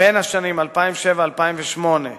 בין השנים 2007 ו-2008